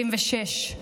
76,